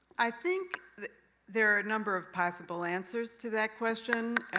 i think there are a number of possible answers to that question.